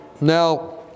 now